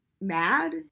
mad